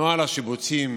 נוהל השיבוצים